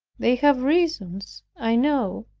they have reasons, i know,